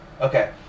Okay